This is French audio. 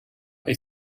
est